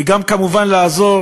וגם כמובן לעזור